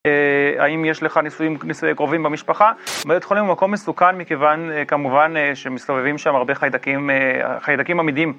האם יש לך נישואים נישואי קרובים במשפחה? בית חולים הוא מקום מסוכן מכיוון כמובן שמסתובבים שם הרבה חיידקים חיידקים עמידים.